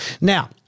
Now-